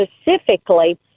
specifically